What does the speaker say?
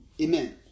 Amen